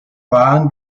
waren